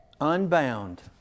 unbound